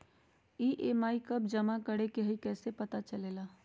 EMI कव जमा करेके हई कैसे पता चलेला?